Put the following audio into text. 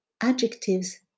adjectives